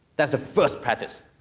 that's the first practice.